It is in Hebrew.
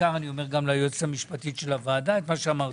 ובעיקר ליועצת המשפטית של הוועדה.